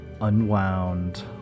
Unwound